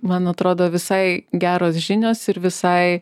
man atrodo visai geros žinios ir visai